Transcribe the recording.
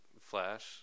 flash